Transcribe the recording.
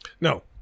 No